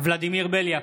ולדימיר בליאק,